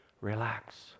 relax